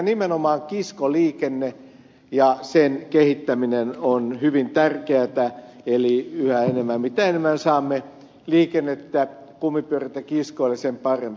nimenomaan kiskoliikenne ja sen kehittäminen on hyvin tärkeätä eli mitä enemmän saamme liikennettä kumipyöriltä kiskoille sen parempi myös joukkoliikenteessä